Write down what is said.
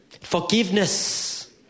Forgiveness